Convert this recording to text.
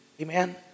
Amen